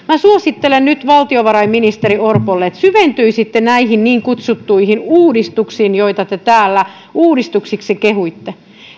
minä suosittelen nyt valtiovarainministeri orpolle että syventyisitte näihin niin kutsuttuihin uudistuksiin joita te täällä uudistuksiksi kehuitte